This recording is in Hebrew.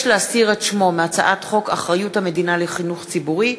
להסיר את שמו מהצעת חוק אחריות המדינה לחינוך ציבורי,